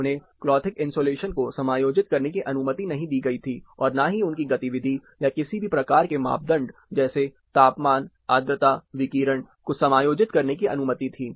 उन्हें clothing insulation को समायोजित करने की अनुमति नहीं दी गई थी और न ही उनकी गतिविधि या किसी भी प्रकार के मापदंड जैसे तापमान आर्द्रता विकिरण को समायोजित करने की अनुमति थी